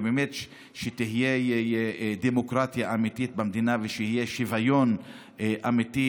ושיהיו דמוקרטיה אמיתית במדינה ושוויון אמיתי